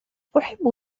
أحب